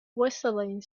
whistling